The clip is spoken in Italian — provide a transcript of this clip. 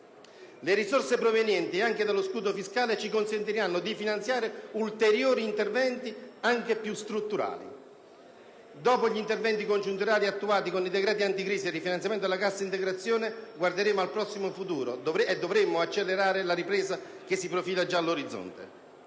Le risorse provenienti anche dallo scudo fiscale ci consentiranno di finanziare ulteriori interventi anche più strutturali. Dopo gli interventi congiunturali attuati con i decreti anticrisi e il rifinanziamento della CIG, guarderemo al prossimo futuro e dovremo accelerare la ripresa che si profila già all'orizzonte.